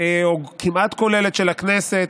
או כמעט כוללת של הכנסת,